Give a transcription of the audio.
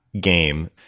game